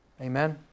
Amen